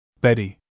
Betty